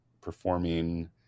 performing